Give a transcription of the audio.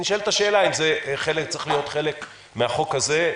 נשאלת השאלה אם זה צריך להיות חלק מהחוק הזה.